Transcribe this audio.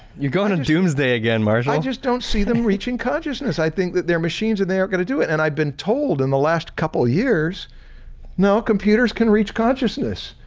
you're going to doomsday again marshall. marshall i just don't see them reaching consciousness. i think that they're machines and they aren't gonna do it and i've been told in the last couple of years no computers can reach consciousness.